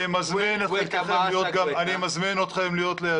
אני מזמין אתכם להיות לידי.